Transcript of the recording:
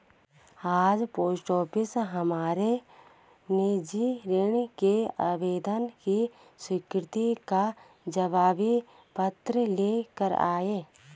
आज पोस्टमैन हमारे निजी ऋण के आवेदन की स्वीकृति का जवाबी पत्र ले कर आया